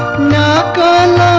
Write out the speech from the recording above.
mac on